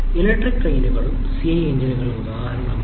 electric ട്രെയിനുകളും CI എഞ്ചിനുകൾക്ക് ഉദാഹരണമാണ്